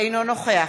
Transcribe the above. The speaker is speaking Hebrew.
אינו נוכח